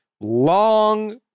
long